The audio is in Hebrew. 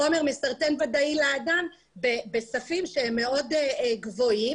חומר מסרטן ודאי לאדם בספים שהם מאוד גבוהים.